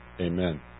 amen